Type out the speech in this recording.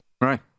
Right